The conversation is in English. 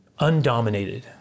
undominated